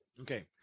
Okay